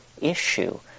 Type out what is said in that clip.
issue